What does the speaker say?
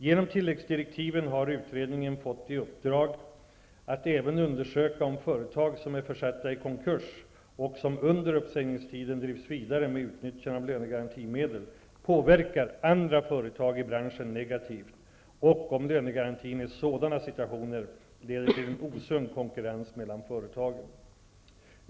Genom tilläggsdirektiven har utredningen fått i uppdrag att även undersöka om företag som är försatta i konkurs och som under uppsägningstiden drivs vidare med utnyttjande av lönegarantimedel påverkar andra företag i branschen negativt och om lönegarantin i sådana situationer leder till en osund konkurrens mellan företagen.